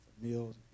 meals